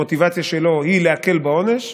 המוטיבציה שלו היא להקל בעונש,